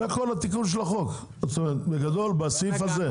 זה כל התיקון של החוק, בגדול בסעיף הזה.